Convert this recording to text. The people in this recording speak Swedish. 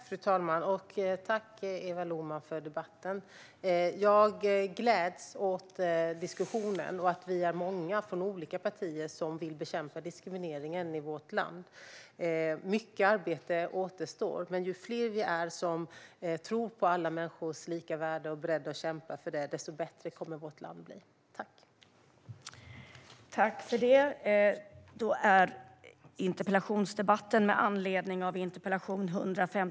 Fru talman! Tack, Eva Lohman, för debatten! Jag gläds åt diskussionen och att vi är många från olika partier som vill bekämpa diskrimineringen i vårt land. Mycket arbete återstår, men ju fler vi är som tror på alla människors lika värde och är beredda att kämpa för det, desto bättre kommer vårt land att bli.